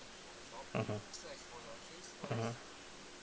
mmhmm mmhmm